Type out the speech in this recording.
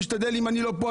אם אני לא פה,